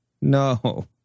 no